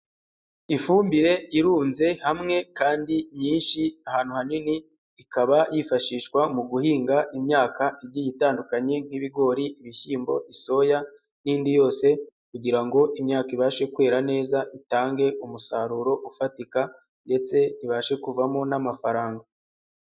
Ifumbire irunze hamwe kandi nyinshi ahantu hanini, ikaba yifashishwa mu guhinga imyaka igiye itandukanye nk'ibigori, ibishyimbo, soya n'indi yose kugira ngo imyaka ibashe kwera neza, itange umusaruro ufatika ndetse ibashe kuvamo n'amafaranga.